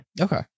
Okay